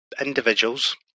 individuals